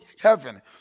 heaven